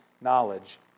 knowledge